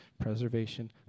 Preservation